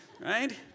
right